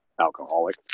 alcoholic